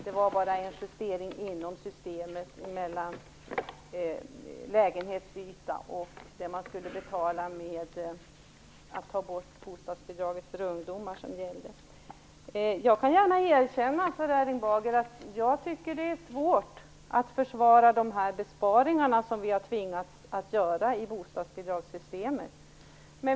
Det var bara en justering inom systemet gällande lägenhetsyta som man skulle betala med att ta bort bostadsbidraget för ungdomar. Jag kan gärna erkänna att jag tycker att det är svårt att försvara de besparingar som vi tvingats att göra i bostadsbidragssystemet.